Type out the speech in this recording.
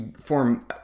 form